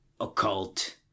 occult